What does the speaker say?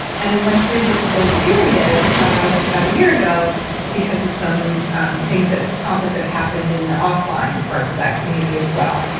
and it went through a difficult period i guess about a year ago because of some and things, conflicts that happened in the off-line parts of that community as well.